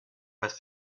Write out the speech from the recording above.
pas